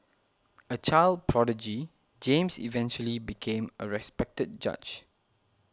a child prodigy James eventually became a respected judge